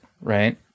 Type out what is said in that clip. right